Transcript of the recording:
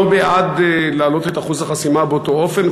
אני לא בעד העלאת אחוז החסימה באותו אופן,